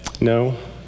no